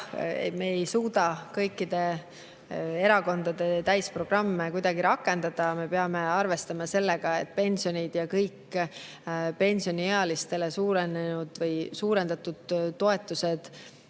me ei suuda kõikide erakondade täisprogramme kuidagi rakendada, me peame arvestama sellega, et pensionid ja kõik pensioniealistele suunatud toetused